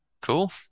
cool